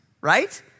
right